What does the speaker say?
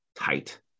tight